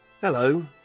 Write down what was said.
Hello